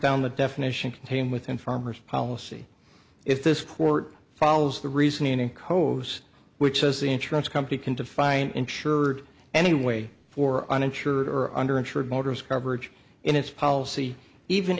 down the definition contained within farmer's policy if this court follows the reasoning coast which says the insurance company can define insured anyway for uninsured or under insured motors coverage in its policy even